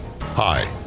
Hi